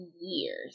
years